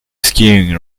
skiing